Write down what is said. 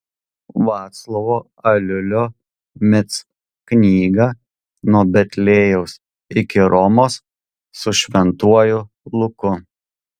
vaclovo aliulio mic knygą nuo betliejaus iki romos su šventuoju luku